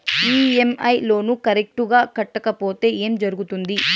EMI loan correct గా కట్టకపోతే ఏం జరుగుతుంది